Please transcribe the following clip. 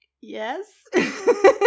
Yes